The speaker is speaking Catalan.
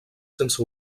sense